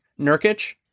Nurkic